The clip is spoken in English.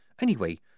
Anyway